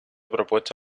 propuesto